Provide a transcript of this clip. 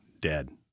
dead